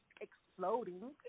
exploding